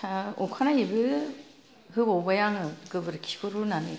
अखानायैबो होबावबाय आङो गोबोरखिखौ रुनानै